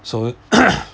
so